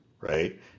right